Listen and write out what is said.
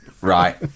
Right